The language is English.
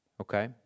Okay